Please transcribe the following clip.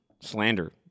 slander